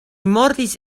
mortis